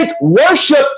worship